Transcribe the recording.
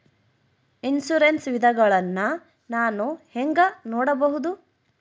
Insurance ವಿಧಗಳನ್ನ ನಾನು ಹೆಂಗ ನೋಡಬಹುದು?